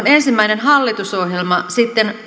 ensimmäinen hallitusohjelma sitten